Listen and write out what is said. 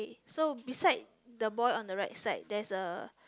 so beside the boy on the right side there is a